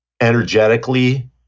energetically